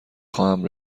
خواهیم